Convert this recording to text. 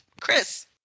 Chris